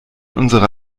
unsere